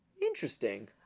Interesting